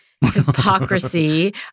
hypocrisy